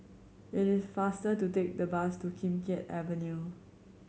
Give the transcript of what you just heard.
it is faster to take the bus to Kim Keat Avenue